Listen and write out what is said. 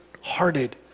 hearted